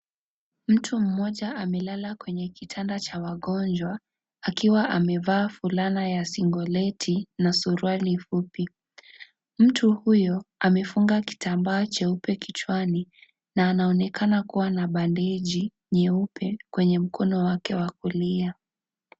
Mtu mmoja amelala kwenye kitanda cha mgonjwa. Akiwa amevaa fulana ya singlet na suruali fupi. Mtu huyu amefunga kitambaa cheupe kichwani na anaonekana kuwa na bendeji nyeupe kwenye mkono wake wa kulia.